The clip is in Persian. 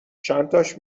چنتاش